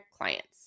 clients